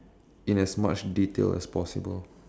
in as much detail as possible